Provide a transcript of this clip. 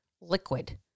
liquid